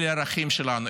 אלה הערכים שלנו.